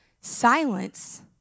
silence